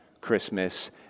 Christmas